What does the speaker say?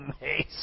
amazing